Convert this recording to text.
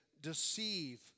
deceive